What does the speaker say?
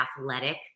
athletic